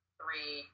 three